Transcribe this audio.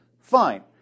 Fine